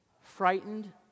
frightened